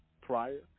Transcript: prior